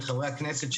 את חברי הכנסת,